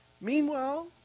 Meanwhile